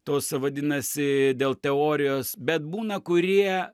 tos vadinasi dėl teorijos bet būna kurie